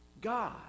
God